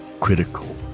critical